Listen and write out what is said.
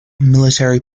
military